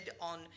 on